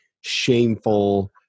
shameful